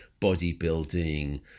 bodybuilding